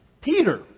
Peter